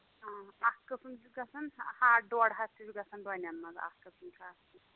اَکھ قٕسٕم چھُ گژھان ہتھ ڈۄڈ ہَتھ تہِ چھُ گژھان ڈۄنیٚن منٛز اکھ قٕسٕم چھُ اَتھ